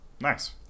Nice